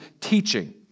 teaching